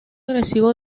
agresivo